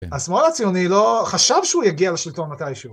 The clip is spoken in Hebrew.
השמאל הציוני לא חשב שהוא יגיע לשלטון מתישהו.